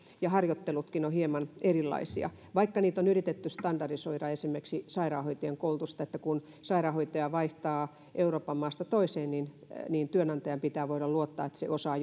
ja harjoittelutkin ovat hieman erilaisia vaikka niitä on yritetty standardisoida esimerkiksi sairaanhoitajien koulutusta niin että kun sairaanhoitaja vaihtaa euroopan maasta toiseen niin niin työnantajan pitää voida luottaa että hän osaa